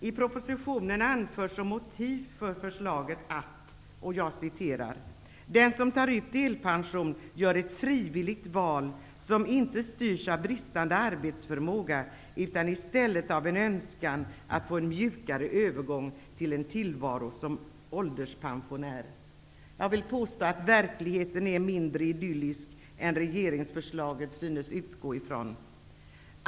I propositionen anförs som motiv för förslaget att: Den som tar ut delpension gör ett frivilligt val som inte styrs av bristande arbetsförmåga utan i stället av en önskan att få en mjukare övergång till en tillvaro som ålderspensionär. Jag vill påstå att verkligheten är mindre idyllisk än regeringsförslaget synes utgå ifrån.